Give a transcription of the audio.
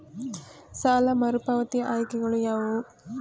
ಸಾಲ ಮರುಪಾವತಿ ಆಯ್ಕೆಗಳು ಯಾವುವು?